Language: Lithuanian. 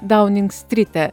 dauning stryte